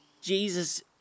Jesus